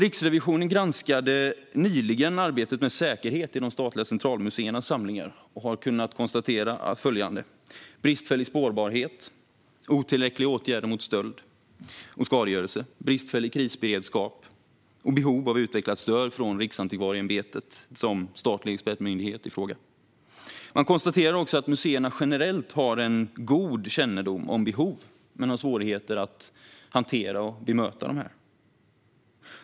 Riksrevisionen granskade nyligen arbetet med säkerhet i de statliga centralmuseernas samlingar och har kunnat konstatera följande: bristfällig spårbarhet, otillräckliga åtgärder mot stöld och skadegörelse, bristfällig krisberedskap och behov av utvecklat stöd från Riksantikvarieämbetet som statlig expertmyndighet i fråga. Man konstaterar också att museerna generellt har god kännedom om behov men har svårigheter att hantera och bemöta dem.